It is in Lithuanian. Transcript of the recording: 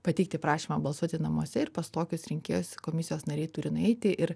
pateikti prašymą balsuoti namuose ir pas tokius rinkėjus komisijos nariai turi nueiti ir